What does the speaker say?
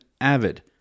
avid